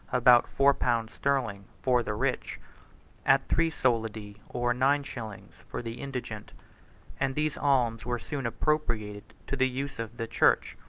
about four pounds sterling, for the rich at three solidi, or nine shillings, for the indigent and these alms were soon appropriated to the use of the church,